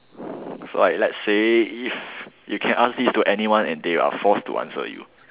like like let's say if you can ask this to anyone and they are forced to answer you